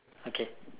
okay